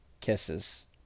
kisses